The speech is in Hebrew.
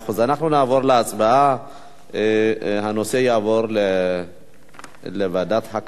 אנחנו נעבור להצבעה, הנושא יעבור לוועדת הכלכלה.